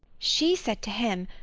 she said to him,